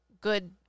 good